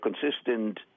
consistent